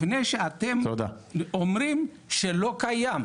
לפני שאתם אומרים שלא קיים,